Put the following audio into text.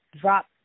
drop